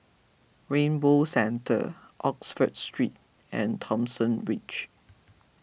Rainbow Centre Oxford Street and Thomson Ridge